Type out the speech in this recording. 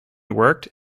worked